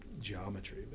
geometry